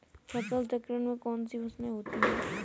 फसल चक्रण में कौन कौन सी फसलें होती हैं?